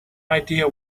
idea